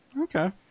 Okay